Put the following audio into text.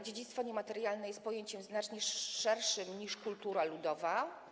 Dziedzictwo niematerialne jest pojęciem znacznie szerszym niż kultura ludowa.